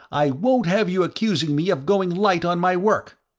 i won't have you accusing me of going light on my work!